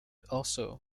also